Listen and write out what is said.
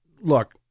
look